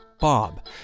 Bob